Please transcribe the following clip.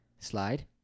Slide